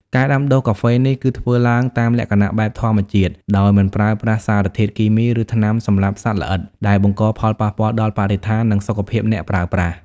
ការដាំដុះកាហ្វេនេះ គឺធ្វើឡើងតាមលក្ខណៈបែបធម្មជាតិ ដោយមិនប្រើប្រាស់សារធាតុគីមី ឬថ្នាំសម្លាប់សត្វល្អិត ដែលបង្កផលប៉ះពាល់ដល់បរិស្ថាន និងសុខភាពអ្នកប្រើប្រាស់។